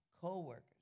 co-workers